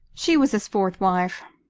she was his fourth wife.